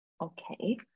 Okay